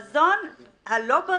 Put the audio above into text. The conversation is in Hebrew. גבירתי מנהלת הוועדה,